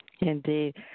Indeed